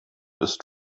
ist